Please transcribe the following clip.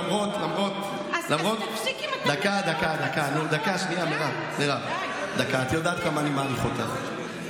חברת הכנסת בן ארי, את יודעת כמה אני מעריך אותך.